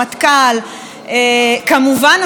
כמובן השמאל, על זה אני כבר לא מדברת,